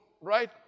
right